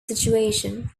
situation